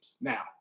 Now